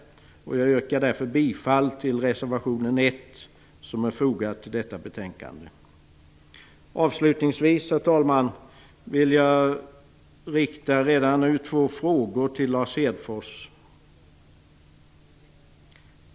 Jag yrkar därför bifall till reservationen 1 som är fogad till detta betänkande. Herr talman! Avslutningsvis vill jag rikta två frågor till Lars Hedfors.